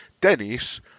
Dennis